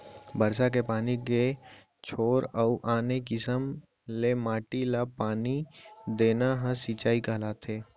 बरसा के पानी के छोर अउ आने किसम ले माटी ल पानी देना ह सिंचई कहलाथे